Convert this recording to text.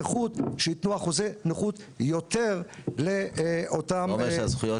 שייתנו יותר אחוזי נכות לאותם --- אתה אומר שהזכויות